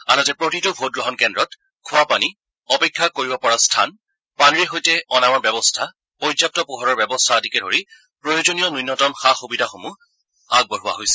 আনহাতে প্ৰতিটো ভোটগ্ৰহণ কেন্দ্ৰত খোৱাপানী অপেক্ষা কৰিব পৰা স্থান পানীৰে সৈতে অনাময় ব্যৱস্থা পৰ্যাপ্ত পোহৰৰ ব্যৱস্থা আদিকে ধৰি প্ৰয়োজনীয় ন্যূনতম সা সুবিধাসমূহ আগবঢ়োৱা হৈছে